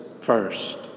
first